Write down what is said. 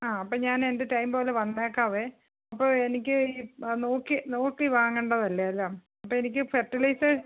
ആ അപ്പം ഞാൻ എൻ്റെ ടൈം പോലെ വന്നേക്കാവെ അപ്പം എനിക്ക് ഈ ആ നോക്കി നോക്കി വാങ്ങേണ്ടതല്ലേ എല്ലാം അപ്പം എനിക്ക് ഫെർട്ടിലൈസേസ്